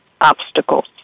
obstacles